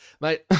mate